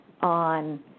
on